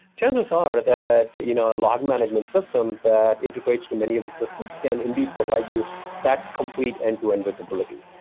chances are that you know a log management system that integrates too many of these systems can indeed provide you that complete end-to-end visibility.